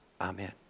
Amen